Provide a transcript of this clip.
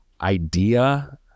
idea